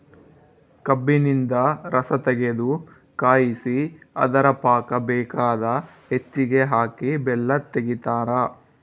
ಕಬ್ಬಿನಿಂದ ರಸತಗೆದು ಕಾಯಿಸಿ ಅದರ ಪಾಕ ಬೇಕಾದ ಹೆಚ್ಚಿಗೆ ಹಾಕಿ ಬೆಲ್ಲ ತೆಗಿತಾರ